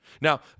Now